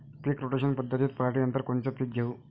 पीक rotation पद्धतीत पराटीनंतर कोनचे पीक घेऊ?